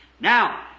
Now